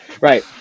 Right